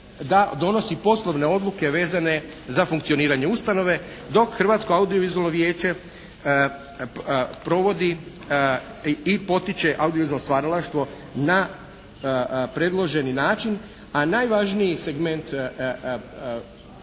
da donosi poslovne odluke vezane za funkcioniranje ustanove. Dok Hrvatsko audio-vizualno vijeće provodi i potiče audio-vizualno stvaralaštvo na predloženi način a najvažniji segment i